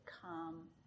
come